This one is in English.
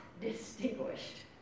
distinguished